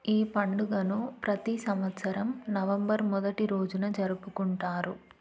ఈ పండుగను ప్రతి సంవత్సరం నవంబర్ మొదటి రోజున జరుపుకుంటారు